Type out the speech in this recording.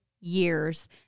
years